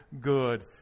good